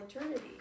eternity